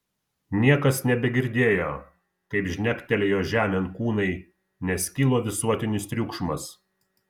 niekas nebegirdėjo kaip žnektelėjo žemėn kūnai nes kilo visuotinis triukšmas